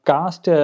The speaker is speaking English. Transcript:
Cast